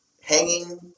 hanging